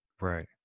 Right